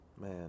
Man